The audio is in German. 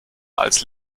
als